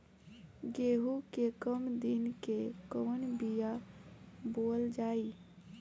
गेहूं के कम दिन के कवन बीआ बोअल जाई?